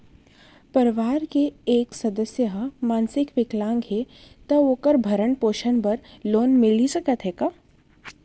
परवार के एक सदस्य हा मानसिक विकलांग हे त का वोकर भरण पोषण बर लोन मिलिस सकथे का?